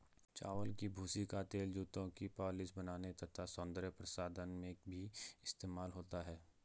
चावल की भूसी का तेल जूतों की पॉलिश बनाने तथा सौंदर्य प्रसाधन में भी इस्तेमाल होता है